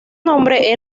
nombre